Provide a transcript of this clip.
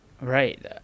right